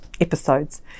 episodes